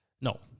No